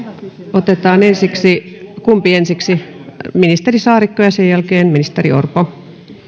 otetaan ensiksi kumpi ensiksi ministeri saarikko ja sen jälkeen ministeri orpo